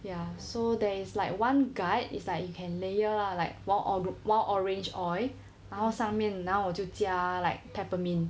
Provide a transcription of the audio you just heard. ya so there is like one guide is like you can layer lah like wild wild orange oil 然后上面那我就加 like peppermint